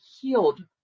healed